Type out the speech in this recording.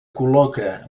col·loca